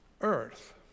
Earth